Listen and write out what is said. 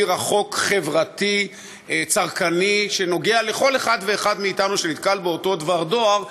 העבירה חוק חברתי צרכני שנוגע לכל אחד ואחד מאתנו שנתקל באותו דבר דואר,